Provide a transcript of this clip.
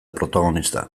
protagonista